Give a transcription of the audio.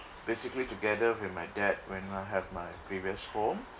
basically together with my dad when I have my previous home